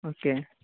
okay